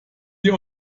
die